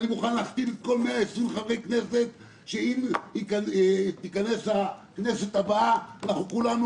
אני מוכן להחתים את כל 120 חברי הכנסת שאם תתכנס הכנסת הבאה כולנו